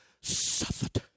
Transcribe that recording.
suffered